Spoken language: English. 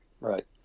right